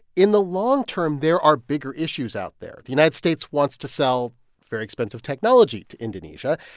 in the long term, there are bigger issues out there. the united states wants to sell very expensive technology to indonesia.